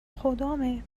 خدامه